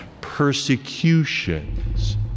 persecutions